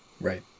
Right